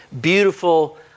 beautiful